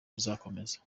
buzakomeza